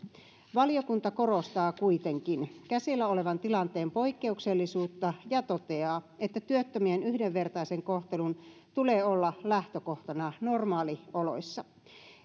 valiokunta korostaa kuitenkin käsillä olevan tilanteen poikkeuksellisuutta ja toteaa että työttömien yhdenvertaisen kohtelun tulee olla lähtökohtana normaalioloissa